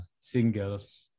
singles